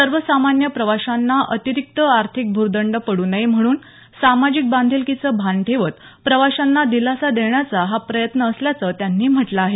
सर्वसामान्य प्रवाशांना अतिरिक्त आर्थिक भूर्दंड पड्र नये म्हणून सामाजिक बांधीलकीचं भान ठेवत प्रवाशांना दिलासा देण्याचा हा प्रयत्न असल्याचं त्यांनी म्हटलं आहे